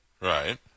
right